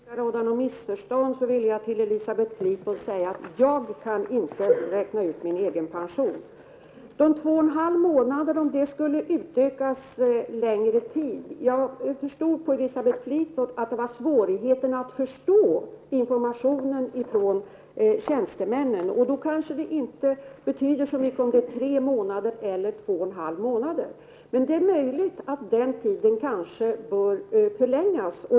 Herr talman! För att det inte skall råda något missförstånd vill jag säga till Elisabeth Fleetwood att jag kan inte räkna ut min egen pension. Sedan gäller det frågan om dessa två och en halv månader skall utökas till en längre tid. Jag förstod av Elisabeth Fleetwoods inlägg att det fanns svårigheter att förstå informationen från tjänstemännen. Då kanske det inte betyder så mycket om det är fråga om tre månader eller två och en halv månader. Men det är möjligt att tiden bör förlängas.